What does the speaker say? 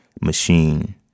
machine